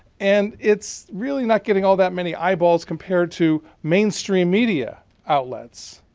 and it's really not getting all that many eyeballs compared to mainstream media outlets.